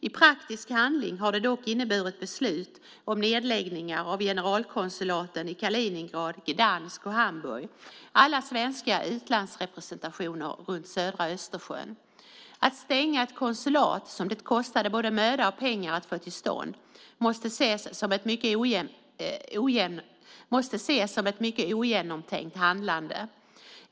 I praktisk handling har det dock inneburit beslut om nedläggning av generalkonsulaten i Kaliningrad, Gdansk och Hamburg. De är alla svenska utlandsrepresentationer runt södra Östersjön. Att stänga ett konsulat som det kostade både möda och pengar att få till stånd måste ses som ett mycket ogenomtänkt handlande.